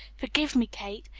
forgive me, kate,